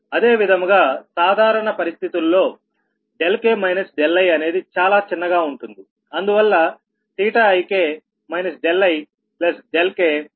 అదే విధముగాసాధారణ పరిస్థితుల్లో k iఅనేది చాలా చిన్నగా ఉంటుంది అందువల్ల ik ikik